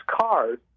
cars